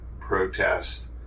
protest